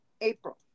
April